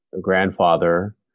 grandfather